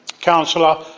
councillor